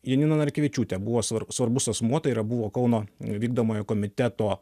janina narkevičiūtė buvo svar svarbus asmuo tai yra buvo kauno vykdomojo komiteto